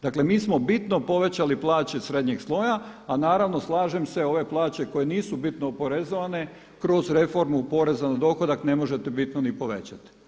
Dakle, mi smo bitno povećali plaće srednjeg sloja, a naravno slažem se, ove plaće koje nisu bitno oporezovane kroz reformu poreza na dohodak ne možete bitno niti povećati.